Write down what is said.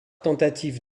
tentatives